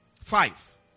Five